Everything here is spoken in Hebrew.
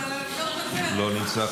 לא נמצא,